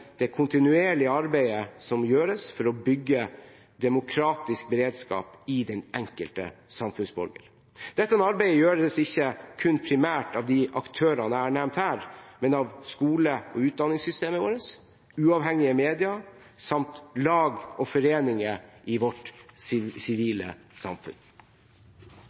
det kontinuerlige arbeidet som gjøres for å bygge demokratisk beredskap hos den enkelte samfunnsborger. Dette arbeidet gjøres ikke kun primært av de aktørene jeg har nevnt her, men av skole- og utdanningssystemet vårt, uavhengige media samt lag og foreninger i vårt sivile samfunn.